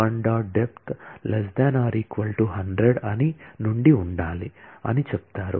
depth 100 నుండి ఉండాలి అని చెప్తారు